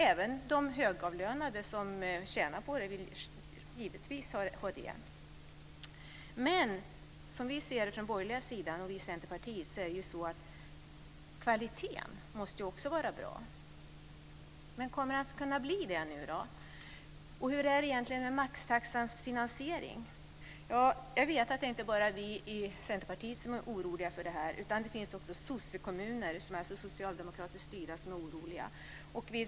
Även högavlönade, som tjänar på maxtaxan, vill givetvis ha det. Som vi i Centerpartiet och övriga på den borgerliga sidan ser saken måste ju också kvaliteten vara bra. Kommer det att kunna bli så? Och hur är det egentligen med finansieringen av maxtaxan? Jag vet att inte bara vi i Centerpartiet är oroliga, utan det finns också socialdemokratiskt styrda kommuner där man är orolig.